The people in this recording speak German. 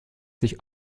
sich